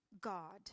God